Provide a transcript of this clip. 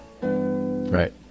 right